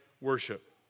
worship